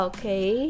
Okay